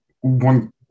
one